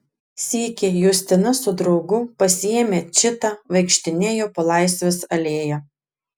sykį justina su draugu pasiėmę čitą vaikštinėjo po laisvės alėją